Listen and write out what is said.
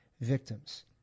victims